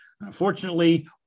Unfortunately